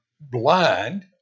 blind